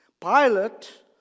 Pilate